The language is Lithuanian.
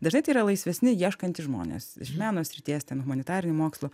dažnai tai yra laisvesni ieškantys žmonės iš meno srities ten humanitarinių mokslų